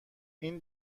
این